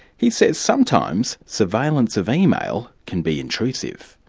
he says sometimes surveillance of email can be intrusive.